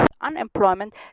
unemployment